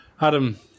Adam